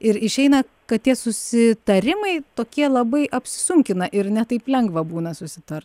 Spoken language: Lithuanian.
ir išeina kad tie susitarimai tokie labai apsunkina ir ne taip lengva būna susitar